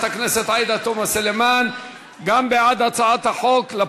הכנסת עאידה תומא סלימאן בעד הצעת החוק.